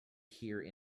here